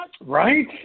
Right